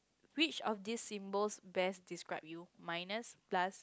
which of this symbols best describe you minus plus